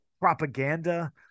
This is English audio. propaganda